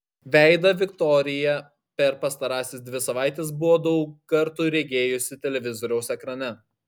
veidą viktorija per pastarąsias dvi savaites buvo daug kartų regėjusi televizoriaus ekrane